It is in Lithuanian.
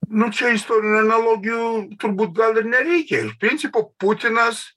nu čia istorinių analogijų turbūt gal ir nereikia iš principo putinas